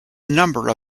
number